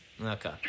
Okay